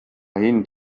hind